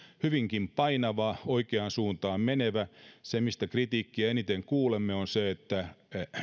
hyvinkin painavia oikeaan suuntaan meneviä se mitä kritiikkiä eniten kuulemme on se että